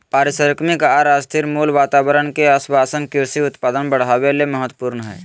पारिश्रमिक आर स्थिर मूल्य वातावरण के आश्वाशन कृषि उत्पादन बढ़ावे ले महत्वपूर्ण हई